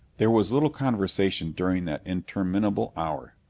there was little conversation during that interminable hour.